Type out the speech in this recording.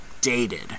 dated